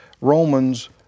Romans